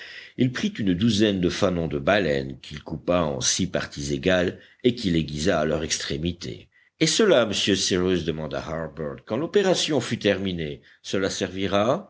il prit une douzaine de fanons de baleine qu'il coupa en six parties égales et qu'il aiguisa à leur extrémité et cela monsieur cyrus demanda harbert quand l'opération fut terminée cela servira